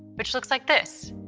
which looks like this.